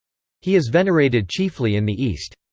he is venerated chiefly in the east.